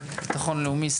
לאומי,